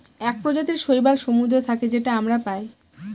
এক প্রজাতির শৈবাল সমুদ্রে থাকে যেটা আমরা পায়